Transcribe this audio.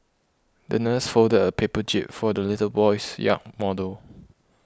the nurse folded a paper jib for the little boy's yacht model